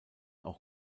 auch